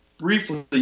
briefly